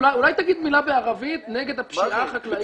אולי תגיד מילה בערבית נגד הפשיעה החקלאית?